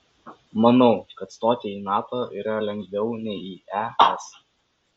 manau kad stoti į nato yra lengviau nei į es